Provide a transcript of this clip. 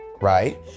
Right